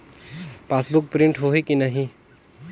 Passbook print होही कि नहीं?